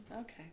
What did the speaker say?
Okay